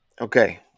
Okay